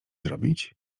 zrobić